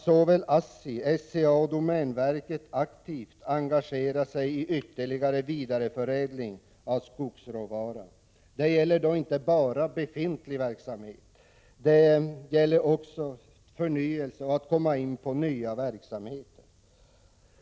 Såväl ASSI och SCA som domänverket måste aktivt engagera sig i ytterligare vidareförädling av skogsråvara. Det gäller inte bara befintlig verksamhet, utan det gäller också att förnya och komma in på nya verksamheter.